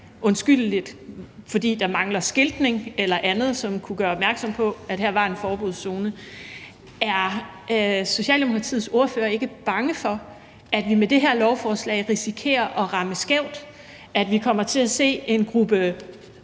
undskyldeligt, fordi der mangler skiltning eller andet, som kunne gøre opmærksom på, at her var en forbudszone. Er Socialdemokratiets ordfører ikke bange for, at vi med det her lovforslag risikerer at ramme skævt, så vi kommer til at se, at en gruppe